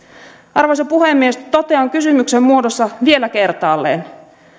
arvoisa puhemies totean kysymyksen muodossa vielä kertaalleen